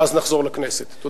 ואז נחזור למליאה.